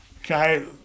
Okay